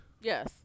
Yes